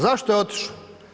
Zašto je otišao?